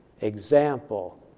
example